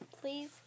please